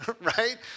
right